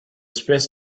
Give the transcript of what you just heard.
space